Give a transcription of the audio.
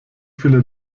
viele